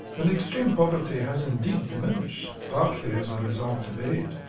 and extreme poverty has indeed diminished partly as a result of aid.